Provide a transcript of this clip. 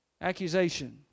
Accusation